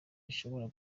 rishobora